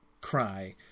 cry